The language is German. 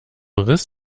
riss